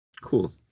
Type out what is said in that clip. Cool